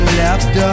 left